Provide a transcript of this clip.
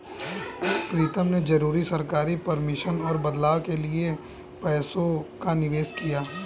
प्रीतम ने जरूरी सरकारी परमिशन और बदलाव के लिए पैसों का निवेश किया